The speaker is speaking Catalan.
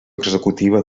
executiva